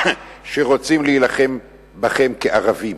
שרוצים להילחם בכם כערבים.